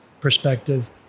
perspective